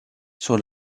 sur